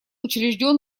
учрежден